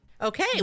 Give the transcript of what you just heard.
Okay